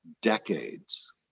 decades